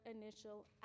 initial